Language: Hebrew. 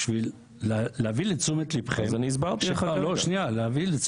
בשביל להביא לתשומת לבכם ואני לא בטוח